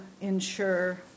ensure